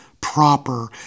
proper